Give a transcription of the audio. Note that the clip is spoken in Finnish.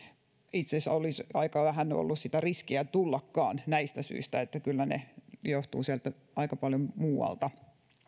asiassa olisi aika vähän ollut sitä riskiä tullakaan näistä syistä vaan kyllä ne johtuvat aika paljon sieltä muualta